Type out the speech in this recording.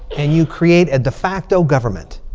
and you create a de facto government.